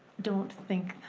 don't think,